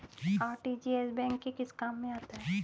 RTGS bank के किस काम में आता है?